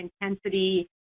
intensity